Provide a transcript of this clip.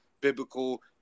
biblical